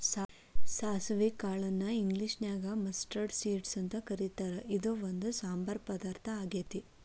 ಸಾಸವಿ ಕಾಳನ್ನ ಇಂಗ್ಲೇಷನ್ಯಾಗ ಮಸ್ಟರ್ಡ್ ಸೇಡ್ಸ್ ಅಂತ ಕರೇತಾರ, ಇದು ಒಂದ್ ಸಾಂಬಾರ್ ಪದಾರ್ಥ ಆಗೇತಿ